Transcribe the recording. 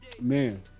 Man